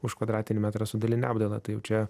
už kvadratinį metrą su daline apdaila tai jau čia